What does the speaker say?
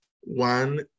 one